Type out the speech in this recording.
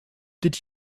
did